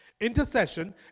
Intercession